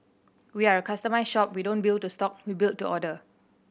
we are a customised shop we don't build to stock we build to order